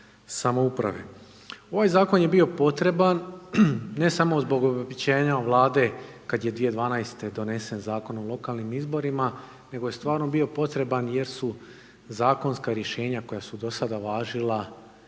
samouprave. Ovaj zakon je bio potreban, ne samo zbog obećanja vlade kad je 2012. donesen Zakon o lokalnim izborima, nego je stvarno bio potreban jer su zakonska rješenja koja su dosada važila